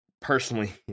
Personally